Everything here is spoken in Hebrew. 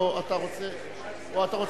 או שאתה רוצה הפסקה?